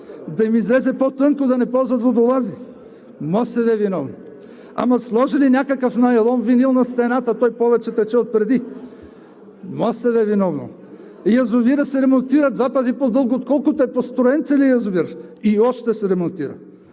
да им излезе по-тънко, да не ползват водолази – МОСВ е виновно?! Ама сложили някакъв найлон, винил на стената, той повече тече отпреди – МОСВ е виновно?! Язовирът се ремонтира два пъти по-дълго, отколкото е построен целият язовир, и още се ремонтира.